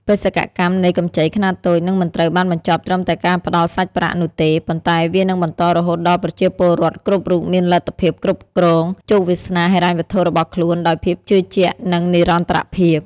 បេសកកម្មនៃកម្ចីខ្នាតតូចនឹងមិនត្រូវបានបញ្ចប់ត្រឹមតែការផ្ដល់សាច់ប្រាក់នោះទេ ប៉ុន្តែវានឹងបន្តរហូតដល់ប្រជាពលរដ្ឋគ្រប់រូបមានលទ្ធភាពគ្រប់គ្រងជោគវាសនាហិរញ្ញវត្ថុរបស់ខ្លួនដោយភាពជឿជាក់ និងនិរន្តរភាព។